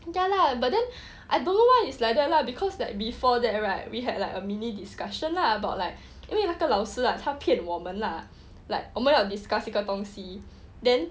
ya lah but then I don't know why is like that lah because like before that right we had like a mini discussion about like 因为那个老师 like 他骗我们 lah like 我们要 discuss 一个东西 then